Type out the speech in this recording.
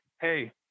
hey